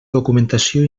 documentació